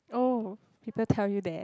oh people tell you that